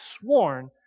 sworn